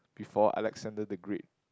before Alexander-the-Great